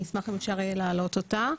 אני אשמח אם אפשר יהיה להעלות אותה.